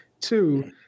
two